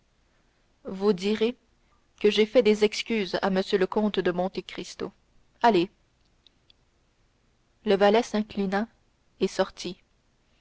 vous direz que j'ai fait des excuses à m le comte de monte cristo allez le valet s'inclina et sortit